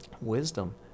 wisdom